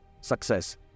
success